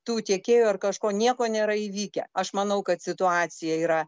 tų tiekėjų ar kažko nieko nėra įvykę aš manau kad situacija yra